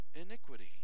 Iniquity